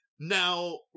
Now